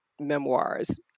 memoirs